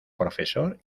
profesor